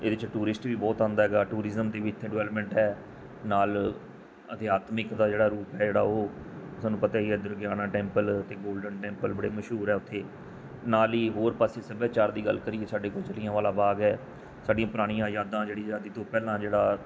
ਇਹਦੇ 'ਚ ਟੂਰਿਸਟ ਵੀ ਬਹੁਤ ਆਉਂਦਾ ਹੈਗਾ ਟੂਰਿਜ਼ਮ ਦੀ ਵੀ ਇੱਥੇ ਡਿਵੈਲਪਮੈਂਟ ਹੈ ਨਾਲ ਅਧਿਆਤਮਿਕ ਦਾ ਜਿਹੜਾ ਰੂਪ ਹੈ ਜਿਹੜਾ ਉਹ ਸਾਨੂੰ ਪਤਾ ਹੀ ਹੈ ਦੁਰਗਿਆਨਾ ਟੈਂਪਲ ਅਤੇ ਗੋਲਡਨ ਟੈਂਪਲ ਬੜੇ ਮਸ਼ਹੂਰ ਆ ਉੱਥੇ ਨਾਲ ਹੀ ਹੋਰ ਪਾਸੇ ਸੱਭਿਆਚਾਰ ਦੀ ਗੱਲ ਕਰੀਏ ਸਾਡੇ ਕੋਲ ਜਲਿਆਂਵਾਲਾ ਬਾਗ ਹੈ ਸਾਡੀਆਂ ਪੁਰਾਣੀਆਂ ਯਾਦਾਂ ਜਿਹੜੀ ਆਜ਼ਾਦੀ ਤੋਂ ਪਹਿਲਾਂ ਜਿਹੜਾ